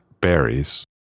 berries